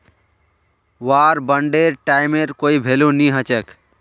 वार बांडेर टाइमेर कोई भेलू नी हछेक